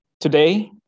Today